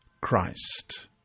Christ